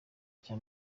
cya